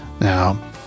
Now